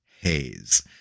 haze